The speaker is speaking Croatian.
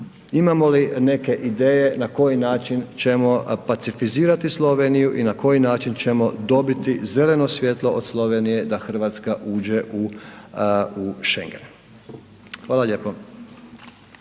Imamo li neke ideje na koji način ćemo pacifizirati Sloveniju i na koji način ćemo dobiti zeleno svjetlo od Slovenije da Hrvatska uđe u Schengen. Hvala lijepo.